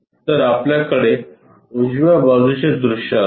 तर आपल्याकडे उजव्या बाजूचे दृश्य असेल